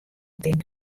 tink